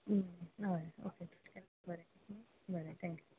हय ओके चल बरें बरें ठँक्यू